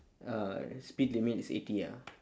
uh speed limit is eighty ah